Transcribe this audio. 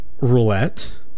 roulette